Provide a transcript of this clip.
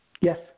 Yes